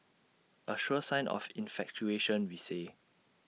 A sure sign of infatuation we say